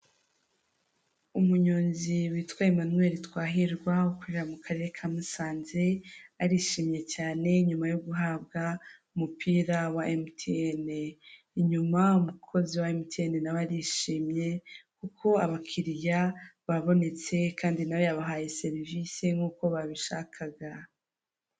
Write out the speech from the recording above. Umunyonzi witwa Emmanuel Twahirwa ukorera mu karere ka Musanze, arishimye cyane nyuma yo guhabwa umupira wa emutiyene. Inyuma umukozi wa emutiyene nawe arishimye, kuko abakiriya babonetse, kandi nawe yabahaye serivisi nk'uko babishakaga.